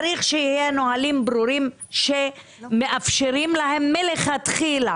צריך שיהיו נהלים ברורים שמאפשרים להם מלכתחילה,